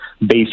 based